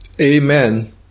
Amen